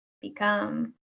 become